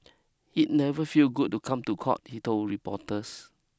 it never feel good to come to court he told reporters